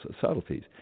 subtleties